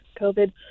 COVID